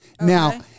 Now